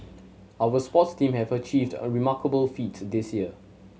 our sports team have achieved a remarkable feat this year